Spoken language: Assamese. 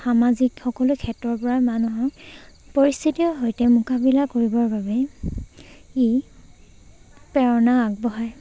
সামাজিক সকলো ক্ষেত্ৰৰপৰাই মানুহক পৰিস্থিতিৰ সৈতে মোকাবিলা কৰিবৰ বাবে ই প্ৰেৰণা আগবঢ়ায়